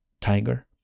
tiger